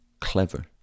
clever